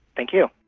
thank you